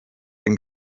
den